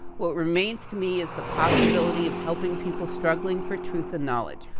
what remains to me is the possibility of helping people struggling for truth and knowledge.